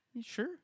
Sure